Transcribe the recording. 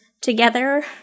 together